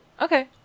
Okay